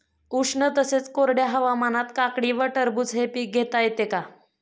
उष्ण तसेच कोरड्या हवामानात काकडी व टरबूज हे पीक घेता येते का?